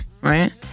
right